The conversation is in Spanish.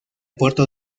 puerto